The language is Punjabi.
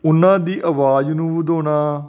ਉਹਨਾਂ ਦੀ ਆਵਾਜ਼ ਨੂੰ ਵਧਾਉਣਾ